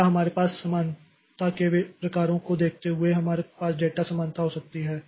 अगला हमारे पास समानता के प्रकारों को देखते हुए हमारे पास डेटा समानता हो सकती है